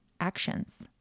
actions